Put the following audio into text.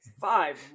five